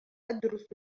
أدرس